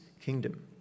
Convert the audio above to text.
kingdom